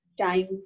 time